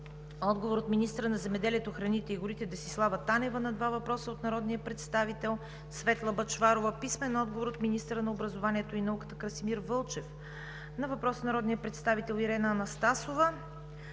Бъчварова; - министъра на земеделието, храните и горите Десислава Танева на два въпроса от народния представител Светла Бъчварова; - министъра на образованието и науката Красимир Вълчев на въпрос от народния представител Ирена Анастасова;